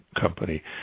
company